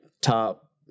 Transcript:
top